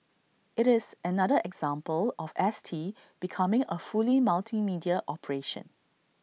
IT is another example of S T becoming A fully multimedia operation